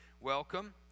welcome